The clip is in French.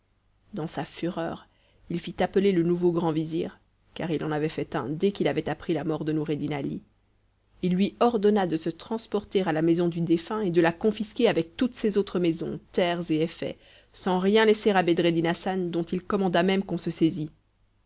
dans sa fureur il fit appeler le nouveau grand vizir car il en avait fait un dès qu'il avait appris la mort de noureddin ali il lui ordonna de se transporter à la maison du défunt et de la confisquer avec toutes ses autres maisons terres et effets sans rien laisser à bedreddin hassan dont il commanda même qu'on se saisît